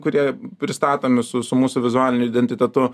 kurie pristatomi su su mūsų vizualiniu identitetu